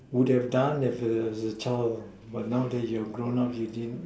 would have done as a a child but now that you have grown up you didn't